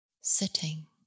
sitting